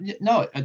No